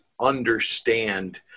understand